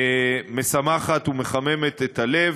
משמחת ומחממת את הלב.